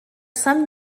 some